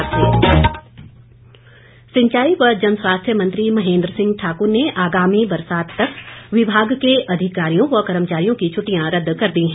महेंद्र सिंह सिंचाई व जनस्वास्थ्य मंत्री महेंद्र सिंह ठाकुर ने आगामी बरसात तक विभाग के अधिकारियों व कर्मचारियों की छुट्टियां रद्द कर दी है